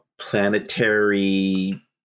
planetary